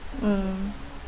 mm